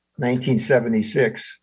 1976